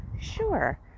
sure